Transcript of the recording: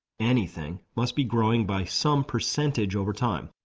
anything, must be growing by some percentage over time.